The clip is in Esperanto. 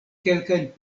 kelkajn